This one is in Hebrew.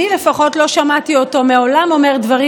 אני לפחות לא שמעתי אותו מעולם אומר דברים